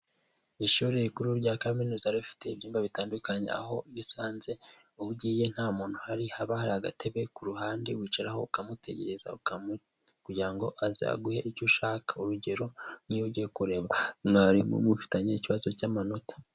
Ishuri rikuru rya kaminuza riba rifite ibyumba bitandukanye, aho usanze iyo ugiye nta muntu uhari, haba hari agatebe ku ruhande wicaraho ukamutegereza, kugira ngo aza aguhe icyo ushaka, urugero, iyo ugiye kureba mwarimu mufitanye ikibazo cy'amanota.